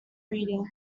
reading